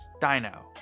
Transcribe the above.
Dino